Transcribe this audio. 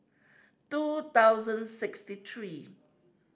two thousand sixty three